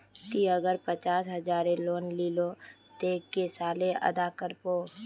ती अगर पचास हजारेर लोन लिलो ते कै साले अदा कर बो?